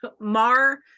Mar